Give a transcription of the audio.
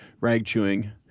rag-chewing